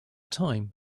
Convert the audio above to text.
time